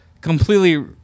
completely